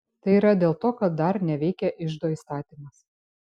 tai yra dėl to kad dar neveikia iždo įstatymas